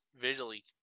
visually